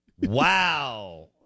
Wow